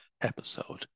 episode